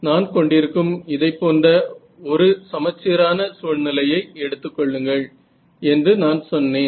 நான் கொண்டிருக்கும் இதைப்போன்ற ஒரு சமச்சீரான சூழ்நிலையை எடுத்துக்கொள்ளுங்கள் என்று நான் சொன்னேன்